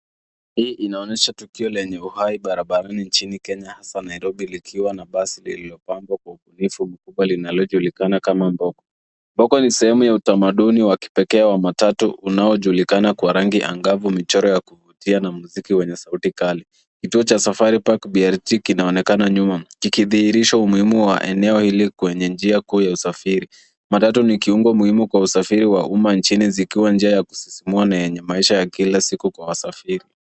Hii inaonyesha tukio lenye uhai barabarani nchini Kenya hasa Nairobi likiwa na basi lililopangwa kwa ubunifu mkubwa linalojulikana kama mbogo. Mbogo ni sehemu ya utamaduni wa kipekee wa matatu unaojulikana kwa rangi angavu michoro ya kuvutia na mziki wenye sauti kali kituoa cha safari park blt kinaonekana nyuma kikidhihirisha umuhimu wa eneo hili. Kwenye njia kuu ya usafiri matatu ni kiumbo muhimu kwa usafiri wa umma nchini zikiwa njia ya kusisimua na yenye maisha ya kila siku kwa wasafiri.